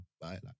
bye